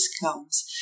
comes